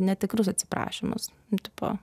netikrus atsiprašymus tipo